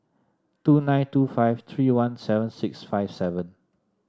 two nine two five three one seven six five seven